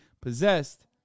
possessed